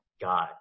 God